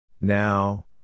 Now